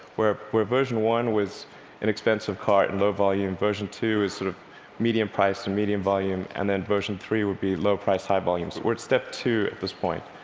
where where version one was an expensive car at and low volume, version two is sort of medium priced and medium volume, and then version three would be low price, high volume. so we're at step two at this point.